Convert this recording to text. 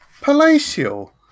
palatial